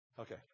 Okay